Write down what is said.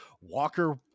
Walker